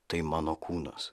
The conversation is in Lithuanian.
tai mano kūnas